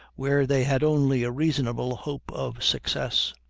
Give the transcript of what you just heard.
where they had only a reasonable hope of success.